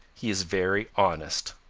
he is very honest.